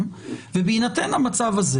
ובהינתן המצב הזה